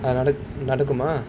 நடக்கு நடக்குமா:nadaku nadakumaa